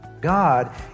God